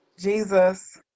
Jesus